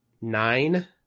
nine